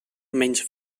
menys